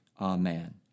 Amen